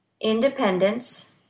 independence